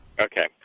Okay